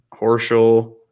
Horschel